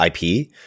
IP